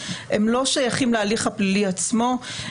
הם לא שייכים להליך הפלילי עצמו.